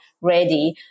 ready